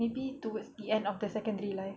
maybe towards the end of the secondary life